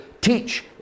teach